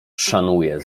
szanuje